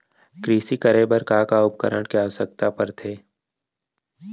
कृषि करे बर का का उपकरण के आवश्यकता परथे?